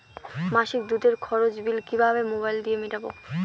মাসিক দুধের খরচের বিল কিভাবে মোবাইল দিয়ে মেটাব?